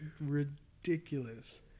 ridiculous